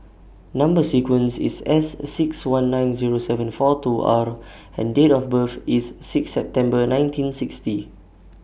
Number sequence IS S six one nine Zero seven four two R and Date of birth IS six September nineteen sixty